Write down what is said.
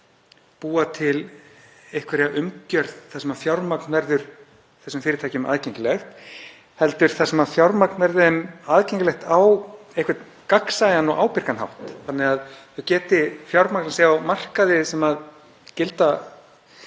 búa til einhverja umgjörð þar sem fjármagn verður þessum fyrirtækjum aðgengilegt heldur þar sem fjármagn verði þeim aðgengilegt á einhvern gagnsæjan og ábyrgan hátt þannig að þau geti fjármagnað sig á markaði sem er af